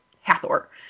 Hathor